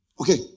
Okay